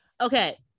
Okay